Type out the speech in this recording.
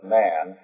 man